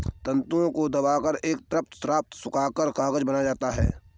तन्तुओं को दबाकर एवं तत्पश्चात सुखाकर कागज बनाया जाता है